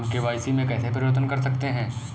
हम के.वाई.सी में कैसे परिवर्तन कर सकते हैं?